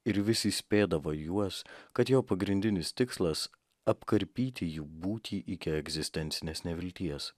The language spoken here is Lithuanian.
ir vis įspėdavo juos kad jo pagrindinis tikslas apkarpyti jų būtį iki egzistencinės nevilties